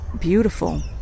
beautiful